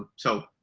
ah so,